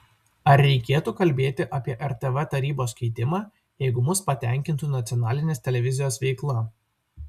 ar reikėtų kalbėti apie rtv tarybos keitimą jeigu mus patenkintų nacionalinės televizijos veikla